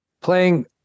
playing